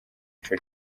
ico